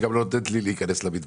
היא גם לא נותנת לי להיכנס למטבח.